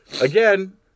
again